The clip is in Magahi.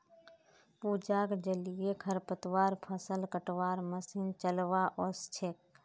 पूजाक जलीय खरपतवार फ़सल कटवार मशीन चलव्वा ओस छेक